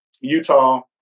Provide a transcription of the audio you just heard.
Utah